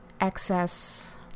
excess